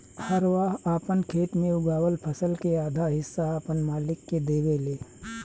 हरवाह आपन खेत मे उगावल फसल के आधा हिस्सा आपन मालिक के देवेले